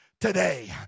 today